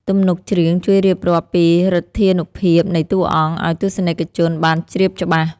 ទំនុកច្រៀងជួយរៀបរាប់ពីឫទ្ធានុភាពនៃតួអង្គ ឱ្យទស្សនិកជនបានជ្រាបច្បាស់។